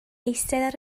eistedd